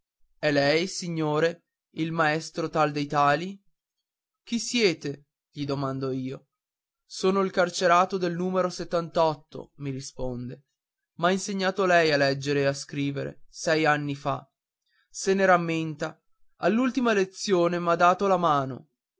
è lei signore il maestro tale dei tali chi siete gli domando io sono il carcerato del numero mi riponde m'ha insegnato lei a leggere e a scrivere sei anni fa se si rammenta all'ultima lezione m'ha dato la mano